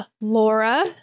Laura